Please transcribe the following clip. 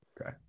Okay